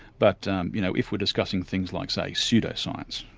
but um you know if we're discussing things like, say, pseudo-science,